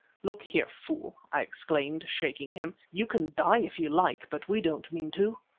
look here, fool, i exclaimed, shaking him, you can die if you like, but we don't mean to.